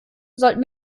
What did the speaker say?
sollten